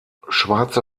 schwarze